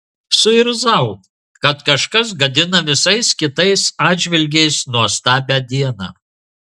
suirzau kad kažkas gadina visais kitais atžvilgiais nuostabią dieną